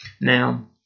now